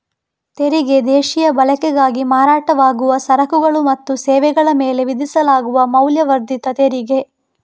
ತೆರಿಗೆ ದೇಶೀಯ ಬಳಕೆಗಾಗಿ ಮಾರಾಟವಾಗುವ ಸರಕುಗಳು ಮತ್ತು ಸೇವೆಗಳ ಮೇಲೆ ವಿಧಿಸಲಾಗುವ ಮೌಲ್ಯವರ್ಧಿತ ತೆರಿಗೆ